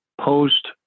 post